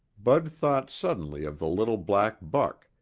bud thought suddenly of the little black buck,